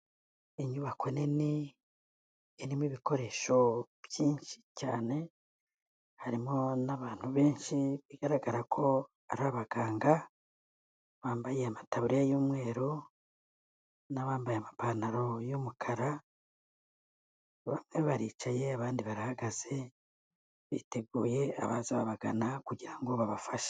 Inyubako nini irimo ibikoresho byinshi cyane, harimo n'abantu benshi bigaragara ko ari abaganga, bambaye amataburiya y'umweru n'abambaye amapantaro y'umukara, bamwe baricaye abandi barahagaze, biteguye abaza babagana kugira ngo babafashe.